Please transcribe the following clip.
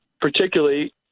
particularly